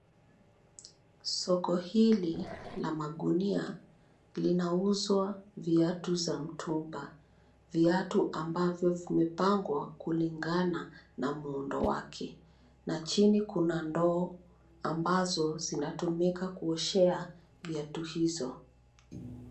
Soko hili la magunia linauzwa viatu za mtumba. Viatu ambavyo vimepangwa kulingana na muundo wake, na chini kuna ndoo ambazo zinatumika kuoshea viatu hizo.